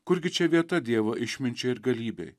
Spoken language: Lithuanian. kurgi čia vieta dievo išminčiai ir galybei